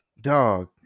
Dog